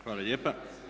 Hvala lijepa.